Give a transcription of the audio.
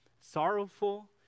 Sorrowful